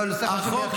לא, נושא חשוב בהחלט.